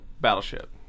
Battleship